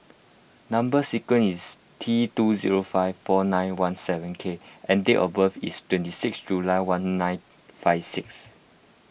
Number Sequence is T two zero five four nine one seven K and date of birth is twenty six July one nine five six